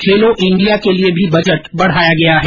खेलों इंडिया के लिए भी बजट बढ़ाया गया है